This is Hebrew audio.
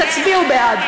תצביעו בעד.